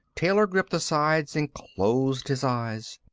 taylor gripped the sides and closed his eyes.